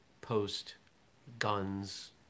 post-guns